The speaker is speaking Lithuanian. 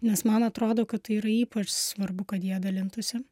nes man atrodo kad tai yra ypač svarbu kad jie dalintųsi